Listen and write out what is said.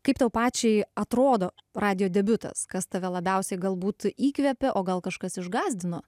kaip tau pačiai atrodo radijo debiutas kas tave labiausiai galbūt įkvėpė o gal kažkas išgąsdino